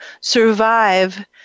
survive